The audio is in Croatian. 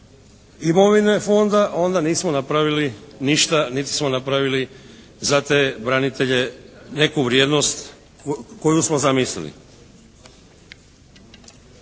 imovine fonda, onda nismo napravili ništa niti smo napravili za te branitelje neku vrijednost koju smo zamislili.